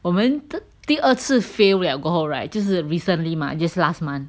我们第二次 fail liao 过后 right 就是 recently mah just last month